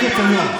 תודה לכם.